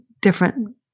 different